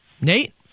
Nate